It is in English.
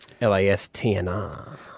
L-A-S-T-N-R